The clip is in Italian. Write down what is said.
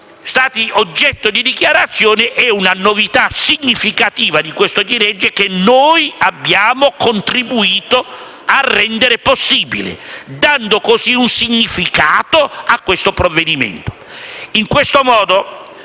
stati oggetto di dichiarazione, è una novità significativa di questo decreto-legge, che noi abbiamo contribuito a rendere possibile, dando così significato al provvedimento.